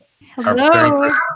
Hello